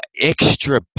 extra